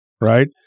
right